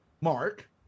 Mark